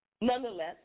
Nonetheless